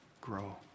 grow